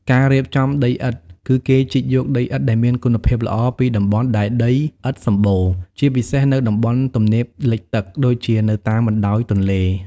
ការរៀបចំដីឥដ្ឋ គឺគេជីកយកដីឥដ្ឋដែលមានគុណភាពល្អពីតំបន់ដែលមានដីឥដ្ឋសម្បូរ ជាពិសេសនៅតំបន់ទំនាបលិចទឹក ដូចជានៅតាមបណ្តោយទន្លេ។